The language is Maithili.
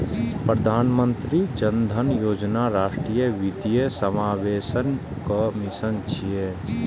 प्रधानमंत्री जन धन योजना राष्ट्रीय वित्तीय समावेशनक मिशन छियै